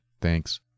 Thanks